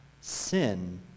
sin